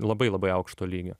labai labai aukšto lygio